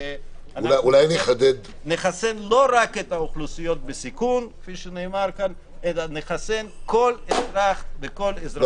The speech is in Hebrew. ואנחנו נחסן לא רק את האוכלוסיות בסיכון אלא כל אזרח וכל אזרחית.